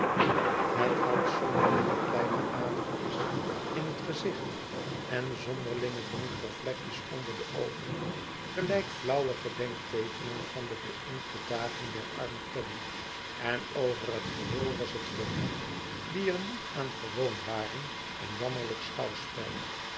het had zonderlinge kleine adertjes in het gezicht en zonderlinge donkere vlekjes onder de oogen gelijk flauwe gedenkteekenen van de beïnkte dagen der arme caddy en over het geheel was het voor hen die er niet aan gewoon waren een jammerlijk schouwspel